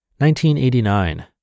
1989